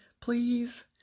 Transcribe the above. Please